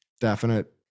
definite